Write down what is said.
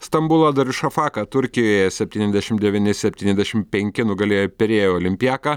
stambulo darušafaka turkijoje septyniasdešim devyni septyniasdešim penki nugalėjo pirėjo olimpijaką